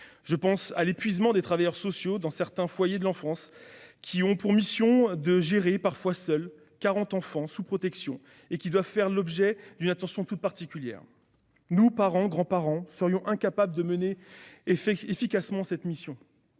Je pense à l'épuisement des travailleurs sociaux dans certains foyers de l'enfance, qui ont pour mission de gérer, parfois seuls, 40 enfants placés sous protection et devant donc faire l'objet d'une attention toute particulière. Nous, parents ou grands-parents, serions incapables de mener efficacement cette mission.